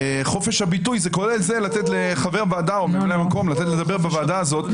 חופש הביטוי כולל לתת לחבר ועדה או ממלא מקום לדבר בוועדה הזאת.